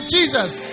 Jesus